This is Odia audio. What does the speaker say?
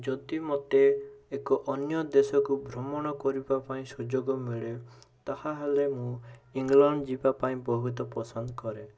ଯଦି ମୋତେ ଏକ ଅନ୍ୟ ଦେଶକୁ ଭ୍ରମଣ କରିବାପାଇଁ ସୁଯୋଗ ମିଳେ ତାହାଲେ ମୁଁ ଇଂଲଣ୍ଡ ଯିବାପାଇଁ ବହୁତ ପସନ୍ଦ କରେ